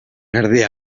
erdia